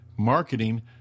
marketing